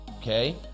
okay